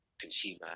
consumer